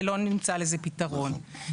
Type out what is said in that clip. ולא נמצא לזה פתרון.